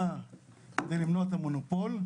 כדי למנוע את המונופול,